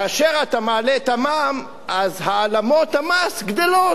כאשר אתה מעלה את המע"מ, העלמות המס גדלות.